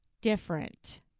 different